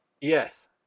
Yes